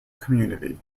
community